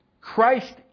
Christ